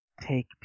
take